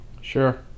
Sure